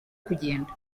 kugenda